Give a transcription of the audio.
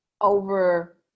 over